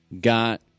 got